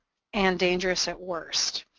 and dangerous, at worst.